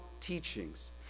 teachings